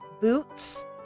boots